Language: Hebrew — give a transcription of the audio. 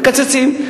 מקצצים.